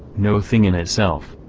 no thing in itself.